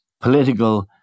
political